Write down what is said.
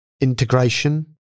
Integration